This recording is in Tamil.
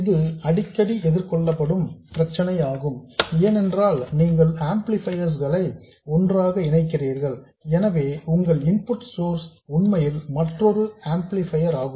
இது அடிக்கடி எதிர்கொள்ளப்படும் பிரச்சனை ஆகும் ஏனென்றால் நீங்கள் ஆம்ப்ளிஃபையர்ஸ் களை ஒன்றாக இணைக்கிறீர்கள் எனவே உங்கள் இன்புட் சோர்ஸ் உண்மையில் மற்றொரு ஆம்ப்ளிஃபையர் ஆகும்